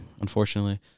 Unfortunately